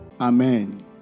Amen